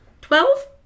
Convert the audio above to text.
Twelve